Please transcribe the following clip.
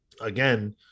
again